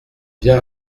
viens